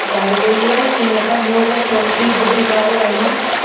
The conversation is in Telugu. చెపుతారు వెయి ఏళ్లకిందట మూగ చెవిటి గుడ్డి వారైన